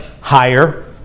higher